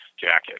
jacket